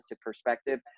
perspective